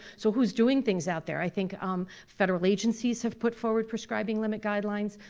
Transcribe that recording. so who's doing things out there? i think um federal agencies have put forward prescribing limit guidelines,